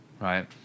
right